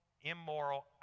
immoral